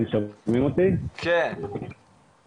הם באו מרחוק, למדינת תל אביב, אז שיגידו רגע משפט